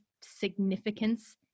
significance